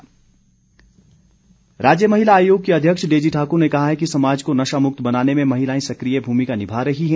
हिंसा उन्मूलन राज्य महिला आयोग की अध्यक्ष डेजी ठाकुर ने कहा है कि समाज को नशा मुक्त बनाने में महिलाएं सक्रिय भूमिका निभा रही हैं